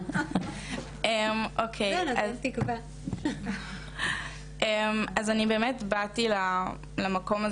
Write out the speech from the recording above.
בתקווה לשמוע משהו ולהגיד וואלה